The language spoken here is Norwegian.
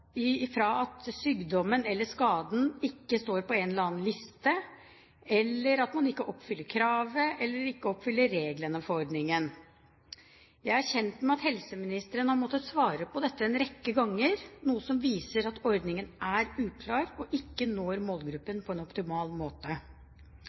at sykdommen/skaden ikke står på en eller annen liste til at man ikke oppfyller kravet og reglene for ordningen. Jeg er kjent med at helseministeren har måttet svare på dette en rekke ganger, noe som viser at ordningen er uklar og ikke når